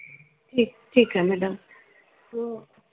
ठीक ठीक है मेडम तो